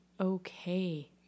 okay